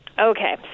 Okay